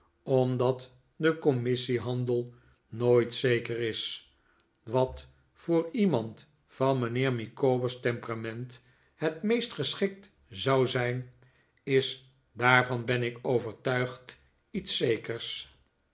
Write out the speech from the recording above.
omdat de commissiehandel nooit zeker is wat voor iemand van mijnheer micawber's temperament het meest geschikt zou zijn is daarvan ben ik overtuigd iets zekers